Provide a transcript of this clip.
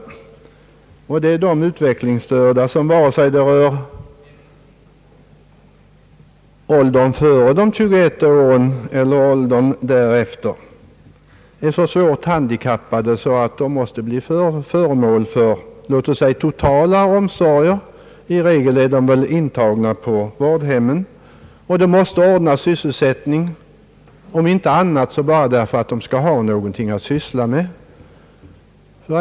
Jag tänker härvid på sådana utvecklingsstörda — vare sig de har fyllt 21 år eller inte — som är så svårt handikappade att de måste bli föremål för låt oss säga totala omsorger. I regel är de intagna på vårdhemmen och sysselsättning måste ordnas för dem, om inte annat för att de skall ha någonting att syssla med.